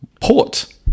port